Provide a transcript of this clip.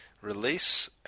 release